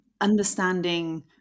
understanding